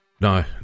No